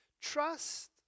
Trust